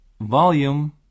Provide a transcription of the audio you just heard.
volume